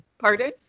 Pardon